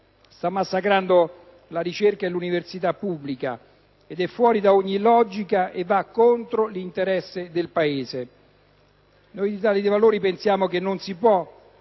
sta massacrando la ricerca e l’universita pubblica, che efuori da ogni logica e che va contro l’interesse del Paese. Noi dell’Italia dei Valori pensiamo che non si puo